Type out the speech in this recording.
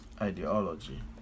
ideology